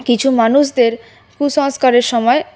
কিছু মানুষদের কুসংস্কারের সময়